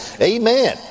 amen